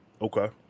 Okay